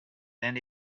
than